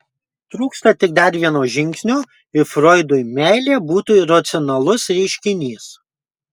trūksta tik dar vieno žingsnio ir froidui meilė būtų iracionalus reiškinys